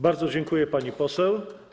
Bardzo dziękuję, pani poseł.